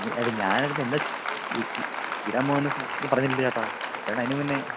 അത് ഞാനതിന് എന്താണ് ഇടാൻ പോകുന്നതെന്നു പറഞ്ഞില്ലല്ലോ ചേട്ടാ ചേട്ടനതിനുമുന്നേ